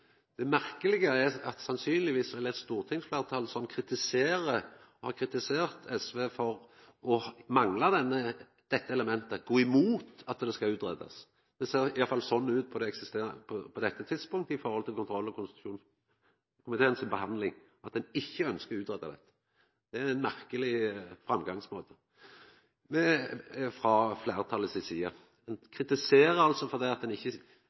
Det merkelege er at sannsynlegvis vil eit stortingsfleirtal som har kritisert SV for å mangla dette elementet, gå imot at det skal utgreiast. Det ser iallfall på dette tidspunktet ut frå kontroll- og konstitusjonskomiteen si behandling ut til at ein ikkje ønskjer ei utgreiing. Det er ein merkeleg framgangsmåte frå fleirtalet si side. Ein kritiserer altså at ein ikkje